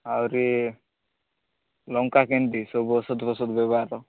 ଆହୁରି ଲଙ୍କା କେମିତି ସବୁ ଓଷଦ୍ ଫୋସଦ୍ ବ୍ୟବହାର